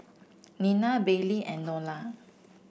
Nena Baylie and Nolan